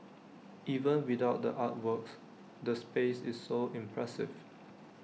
even without the artworks the space is so impressive